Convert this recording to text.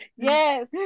yes